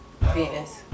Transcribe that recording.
venus